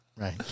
Right